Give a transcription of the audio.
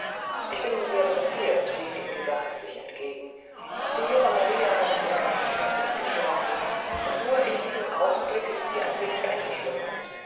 ich bin sehr pressiert rief ihm dieser hastig entgegen signora maria hat den ganzen tag nicht geschlafen und nur in diesem augenblick ist sie ein wenig eingeschlummert